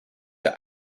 der